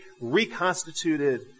reconstituted